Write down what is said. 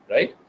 Right